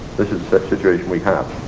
which is the situation we have.